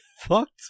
fucked